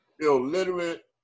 illiterate